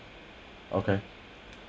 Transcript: okay